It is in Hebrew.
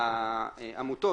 העמותות,